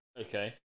Okay